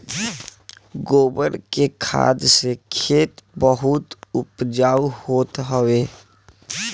गोबर के खाद से खेत बहुते उपजाऊ होत हवे